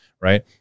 right